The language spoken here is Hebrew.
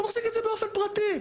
הוא מחזיק את זה באופן פרטי,